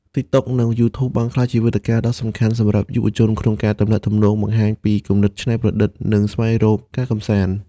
TikTok និង YouTube បានក្លាយជាវេទិកាដ៏សំខាន់សម្រាប់យុវជនក្នុងការទំនាក់ទំនង បង្ហាញពីគំនិតច្នៃប្រឌិត និងស្វែងរកការកម្សាន្ត។